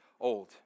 old